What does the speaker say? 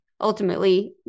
ultimately